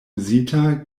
uzita